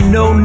no